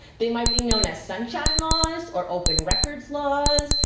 they might be known as sunshine laws or open records laws.